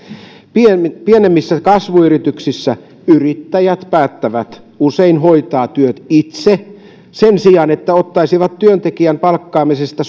pienemmissä pienemmissä kasvuyrityksissä yrittäjät päättävät usein hoitaa työt itse sen sijaan että ottaisivat työntekijän palkkaamisesta